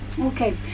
Okay